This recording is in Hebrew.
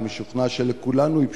אני משוכנע שלכולנו היא פשוטה.